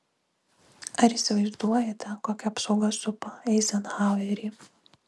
ar įsivaizduojate kokia apsauga supa eizenhauerį